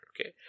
Okay